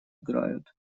играют